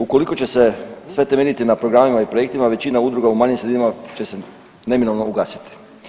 Ukoliko će se sve temeljiti na programima i projektima većina udruga u manjim sredinama će se neminovno ugasiti.